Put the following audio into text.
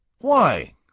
Why